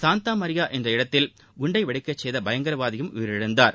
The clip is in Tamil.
சாந்தா மாரியா என்ற இடத்தில் குண்டை வெடிக்கச் செய்த பயங்கரவாதியும் உயிரிழந்தார்